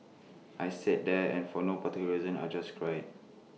I sat there and for no particular reason I just cried